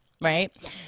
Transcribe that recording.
right